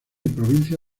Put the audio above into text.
provincia